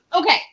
Okay